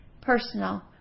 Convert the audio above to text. personal